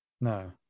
No